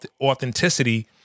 authenticity